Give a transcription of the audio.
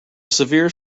severe